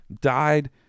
died